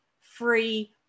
free